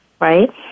right